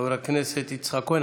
חבר הכנסת יצחק כהן.